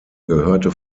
gehörte